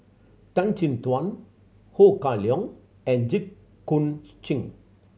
Tan Chin Tuan Ho Kah Leong and Jit Koon Ch'ng